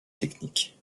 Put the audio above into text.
technique